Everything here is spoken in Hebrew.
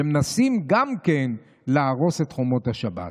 מנסים גם להרוס את חומות השבת.